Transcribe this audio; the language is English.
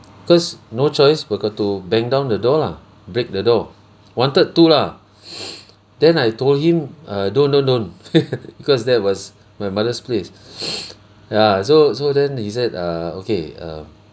cause no choice we got to bang down the door lah break the door wanted to lah then I told him uh don't don't don't because that was my mother's place ya so so then he said err okay uh